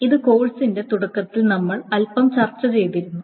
ഇത് കോഴ്സിന്റെ തുടക്കത്തിൽ നമ്മൾ അൽപ്പം ചർച്ച ചെയ്തിരുന്നു